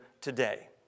today